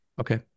Okay